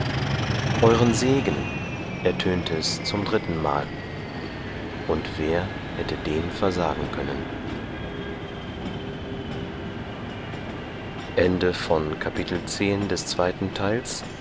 euren segen ertönte es zum drittenmal und wer hätte den versagen können